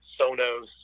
Sonos